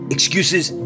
Excuses